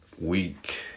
week